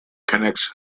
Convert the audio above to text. connects